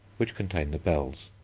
which contain the bells.